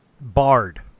Bard